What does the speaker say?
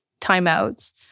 timeouts